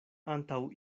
antaŭ